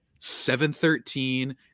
713